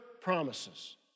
promises